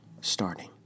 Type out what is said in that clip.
starting